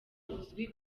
uzwi